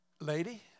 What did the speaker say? lady